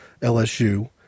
LSU